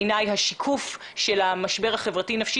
בעיניי הם השיקוף של המשבר החברתי נפשי